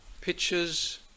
pictures